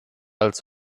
als